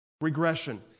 regression